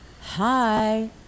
Hi